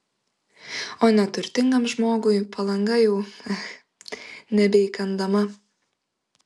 o neturtingam žmogui palanga jau ech nebeįkandama